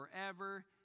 forever